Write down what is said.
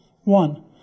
one